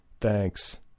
Thanks